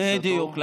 בדיוק.